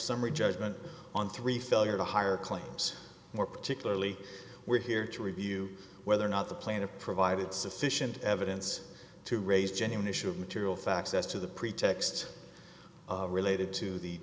summary judgment on three failure to hire claims more particularly we're here to review whether or not the plane to provide sufficient evidence to raise genuine issue of material facts as to the pretext related to the